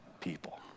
people